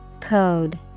Code